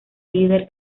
líder